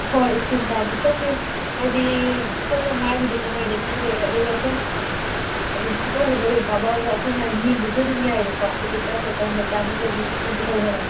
ꯍꯣꯏ ꯁ꯭ꯀꯤꯟ ꯇꯥꯏꯞꯇꯨ ꯁꯣꯝꯒꯤ ꯍꯥꯏꯗꯤ ꯁꯣꯝꯅ ꯃꯥꯏꯕꯨꯗꯤ ꯀꯝꯕꯥꯏꯅꯦꯁꯟ ꯑꯣꯏꯔꯦ ꯑꯗꯨꯒ ꯁꯣꯝ ꯑꯗꯨꯃ ꯐꯣꯇꯣꯒꯨꯝꯕ ꯑꯗꯨꯝ ꯀꯥꯞꯄꯛꯑꯒ ꯑꯩꯈꯣꯏꯅ ꯌꯦꯡꯕꯁꯨ ꯑꯗꯨꯃ ꯌꯥꯏꯌꯦꯕꯀꯣ ꯍꯥꯏꯗꯤ ꯀꯔꯝꯕ ꯀꯔꯝꯕ ꯆꯥꯟꯅꯒꯅꯤ ꯈꯣꯠꯀꯅꯤ ꯇꯧꯕꯗꯣ